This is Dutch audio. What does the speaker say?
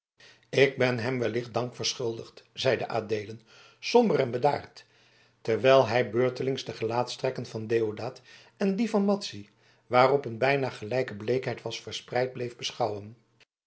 ik ben hem wellicht dank verschuldigd zeide adeelen somber en bedaard terwijl hij beurtelings de gelaatstrekken van deodaat en die van madzy waarop een bijna gelijke bleekheid was verspreid bleef beschouwen